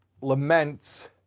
laments